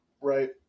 right